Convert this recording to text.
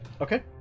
okay